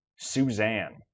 Suzanne